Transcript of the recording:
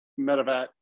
medevac